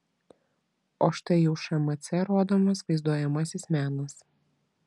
o štai jau šmc rodomas vaizduojamasis menas